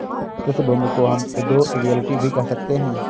कृषि भूमि को हम एग्रो रियल्टी भी कह सकते है